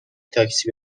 تاکسی